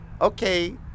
Okay